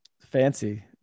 Fancy